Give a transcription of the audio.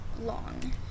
long